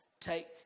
take